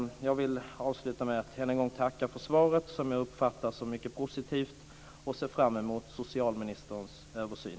Jag vill avsluta med att än en gång tacka för svaret, som jag uppfattar som mycket positivt. Jag ser fram emot socialministerns översyn.